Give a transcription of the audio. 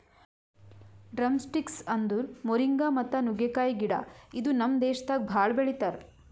drumsticks ಅಂದುರ್ moringa ಮತ್ತ ನುಗ್ಗೆಕಾಯಿ ಗಿಡ ಇದು ನಮ್ ದೇಶದಾಗ್ ಭಾಳ ಬೆಳಿತಾರ್